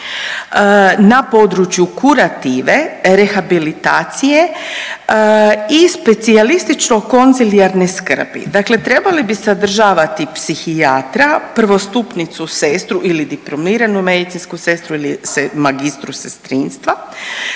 na području kurative, rehabilitacije i specijalističko konzilijarne skrbi, dakle trebali bi sadržavati psihijatra, prvostupnicu sestru ili diplomiranu medicinsku sestru ili magistru sestrinstva,